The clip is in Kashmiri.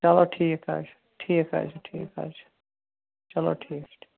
چَلو ٹھیٖک حظ ٹھیٖک حَظ چھُ ٹھیٖک حَظ چھُ چلو ٹھیٖک چھُ ٹھیٖک